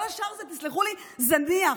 כל השאר זה, תסלחו לי, זניח.